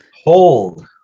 Hold